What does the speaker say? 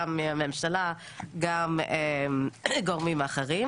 גם מהממשלה וגם גורמים אחרים,